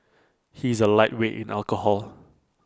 he is A lightweight in alcohol